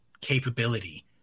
capability